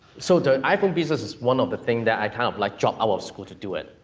so the iphone business is one of the things that i kind of like, dropped out of school to do it,